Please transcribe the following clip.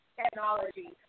technology